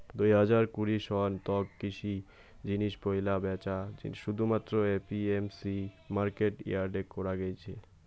দুই হাজার কুড়ি সন তক কৃষি জিনিস পৈলা ব্যাচা শুধুমাত্র এ.পি.এম.সি মার্কেট ইয়ার্ডে করা গেইছে